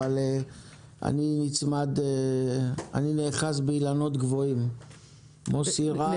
אבל אני נאחז באילנות גבוהים - מוסי רז ועופר כסיף.